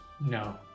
No